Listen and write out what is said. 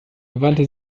wandte